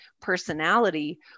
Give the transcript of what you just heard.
personality